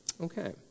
Okay